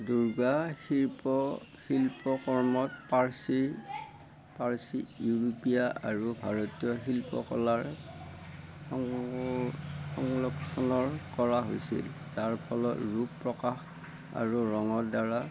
দুৰ্গাৰ শিল্প শিল্পকৰ্মত পাৰ্চী পাৰ্চী ইউৰোপীয়া আৰু ভাৰতীয় শিল্পকলাৰ সংশ্লেষণ কৰা হৈছে যাৰ ফলত ৰূপ প্ৰকাশ আৰু ৰঙৰদ্বাৰা